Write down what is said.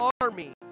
army